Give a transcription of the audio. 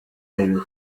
babiri